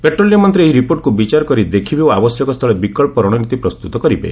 petroleum ମନ୍ତ୍ରୀ ଏହି ରିପୋର୍ଟକୁ ବିଚାର କରି ଦେଖିବେ ଓ ଆବଶ୍ୟକସ୍ଥଳେ ବିକଳ୍ପ ରଣନୀତି ପ୍ରସ୍ତୁତ କରିବେ